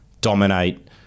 dominate